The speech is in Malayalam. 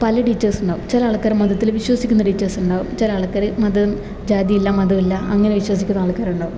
പല ടീച്ചേഴ്സുണ്ടാകും ചില ആൾക്കാര് മതത്തിൽ വിശ്വസിക്കുന്ന ടീച്ചേഴ്സുണ്ടാകും ചില ആൾക്കാര് മതം ജാതിയില്ല മതമില്ല അങ്ങനെ വിശ്വസിക്കുന്ന ആൾക്കാരുണ്ടാകും